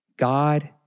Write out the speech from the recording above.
God